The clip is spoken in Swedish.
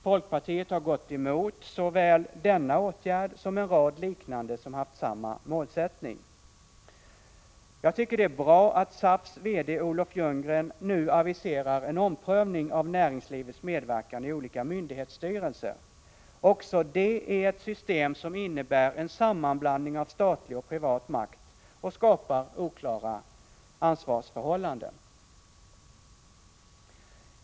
Folkpartiet har gått emot såväl denna åtgärd som en rad liknande med samma målsättning. Jag tycker det är bra att SAF:s VD Olof Ljunggren nu aviserar en omprövning av näringslivets medverkan i olika myndighetsstyrelser. Också det är ett system som innebär en sammanblandning av statlig och privat makt och som skapar oklara ansvarsförhållanden.